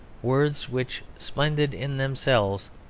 words which, splendid in themselves,